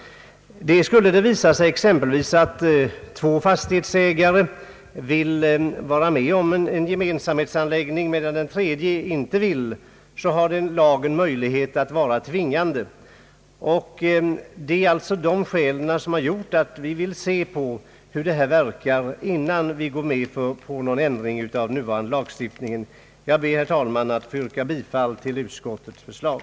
Skulle det visa sig att exempelvis två fastighetsägare vill vara med om en gemensamhetsanläggning medan en tredje inte vill, kan lagen dock vara tvingande. Det är, herr talman, dessa skäl som gör att vi först något vill se hur bestämmelserna verkar innan vi vill gå med på en ändring av nuvarande lagstiftning. Jag ber, herr talman, att få yrka bifall till utskottets förslag.